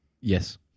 Yes